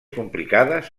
complicades